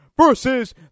versus